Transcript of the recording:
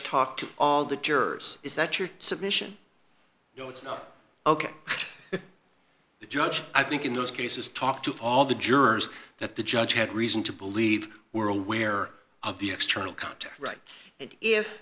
talked to all the jurors is that your submission you know it's not ok the judge i think in those cases talked to all the jurors that the judge had reason to believe were aware of the external contact right and if